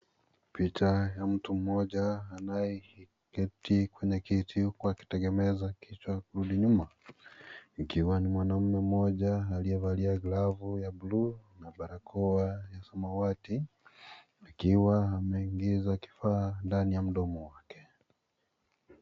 Picha ya mtu mmoja anaye keti kwenye kiti huku akitengeneza kichwa kurudi nyuma. Ikiwa ni mwanaume mmoja ambaye amevalia glavu ya buluu na barakoa ya saawati akiwa ameingiza kifaa ndani ya mdomo wake.